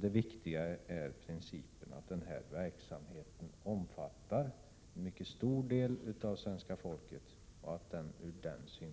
Det viktiga är dock att denna verksamhet omfattar en mycket stor del av svenska folket och att den därför